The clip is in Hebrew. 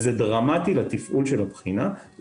וזה דרמטי לתפעול של הבחינה.